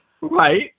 right